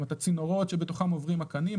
זאת אומרת הצינורות שבתוכם עוברים הקנים,